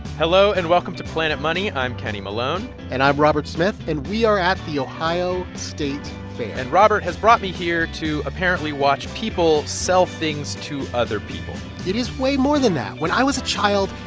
hello, and welcome to planet money. i'm kenny malone and i'm robert smith. and we are at the ohio state fair and robert has brought me here to apparently watch people sell things to other people it is way more than that. when i was a child,